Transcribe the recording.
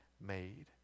made